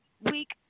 week